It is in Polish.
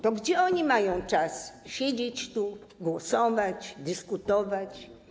To gdzie oni mają czas siedzieć tu, głosować, dyskutować?